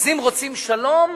אז אם רוצים שלום,